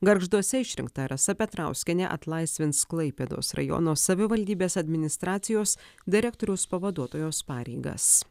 gargžduose išrinkta rasa petrauskienė atlaisvins klaipėdos rajono savivaldybės administracijos direktoriaus pavaduotojos pareigas